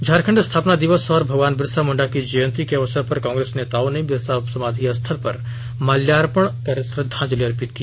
झारखंड स्थापना दिवस और भगवान बिरसा मुंडा की जयंती के अवसर पर कांग्रेस नेताओं ने बिरसा समाधि स्थल पर माल्यार्पण और श्रद्धांजलि अर्पित की